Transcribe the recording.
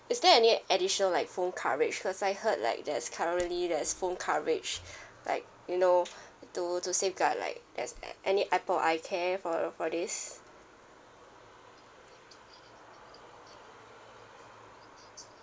is there any additional like phone coverage cause I heard like there's currently there's phone coverage like you know to to like as a~ any apple icare for for this